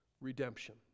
redemption